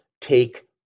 take